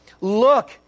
Look